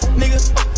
nigga